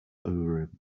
urim